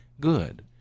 good